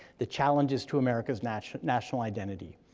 the challenges to america's national national identity.